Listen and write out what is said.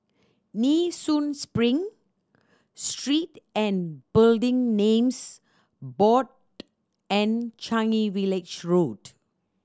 Nee Soon Spring Street and Building Names Board and Changi Village Road